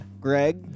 Greg